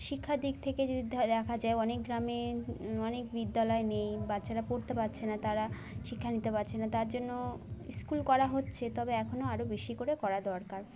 শিক্ষার দিক থেকে যদি দেখা যায় অনেক গ্রামে অনেক বিদ্যালয় নেই বাচ্চারা পড়তে পারছে না তারা শিক্ষা নিতে পারছে না তার জন্য স্কুল করা হচ্ছে তবে এখনো আরো বেশি করেও করা দরকার